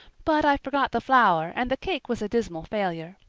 but i forgot the flour and the cake was a dismal failure.